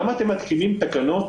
למה אתם מתקינים תקנות